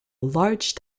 large